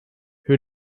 who